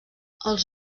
els